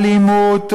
"אלימות",